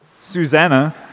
Susanna